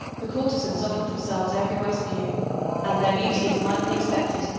the courtezans offered themselves every where to view and their beauty as might be expected,